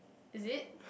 is it